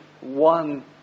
one